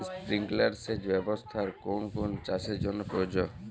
Sprinkler সেচ ব্যবস্থার কোন কোন চাষের জন্য প্রযোজ্য?